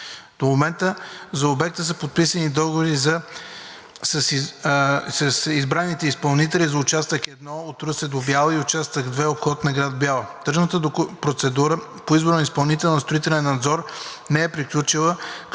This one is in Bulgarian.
До момента за обекта са подписани договори с избраните изпълнители за участък № 1 от Русе до Бяла и на участък № 2, Обход на град Бяла. Тръжната процедура за избор на изпълнители на строителен надзор не е приключила, като